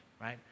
right